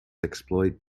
exploit